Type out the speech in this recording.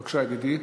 בבקשה, ידידי.